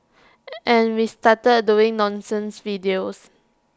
and we started doing nonsense videos